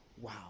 Wow